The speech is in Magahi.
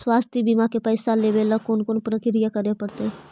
स्वास्थी बिमा के पैसा लेबे ल कोन कोन परकिया करे पड़तै?